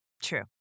true